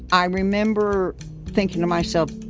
i remember thinking to myself,